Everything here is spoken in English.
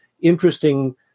interesting